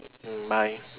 mm bye